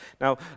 Now